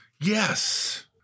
Yes